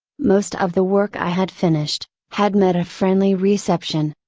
most of the work i had finished, had met a friendly reception.